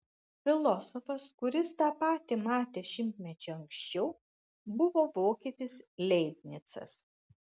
filosofas kuris tą patį matė šimtmečiu anksčiau buvo vokietis leibnicas